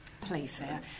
Playfair